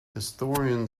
historian